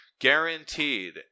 Guaranteed